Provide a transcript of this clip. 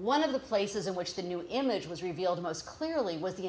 one of the places in which the new image was revealed most clearly was the